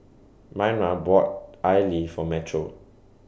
Myrna bought Idly For Metro